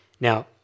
Now